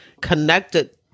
connected